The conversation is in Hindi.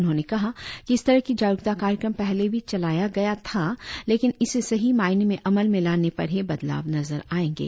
उन्होंने कहा कि इस तरह की जागरुकता कार्यक्रम पहले भी चलाया गया था लेकिन इसे सही मायने में अमल में लाने पर ही बदलाव नजर आएंगे